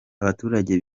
abaturage